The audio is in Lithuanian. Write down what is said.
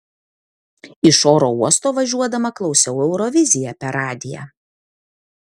iš oro uosto važiuodama klausiau euroviziją per radiją